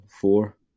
four